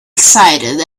excited